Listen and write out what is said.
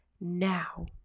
now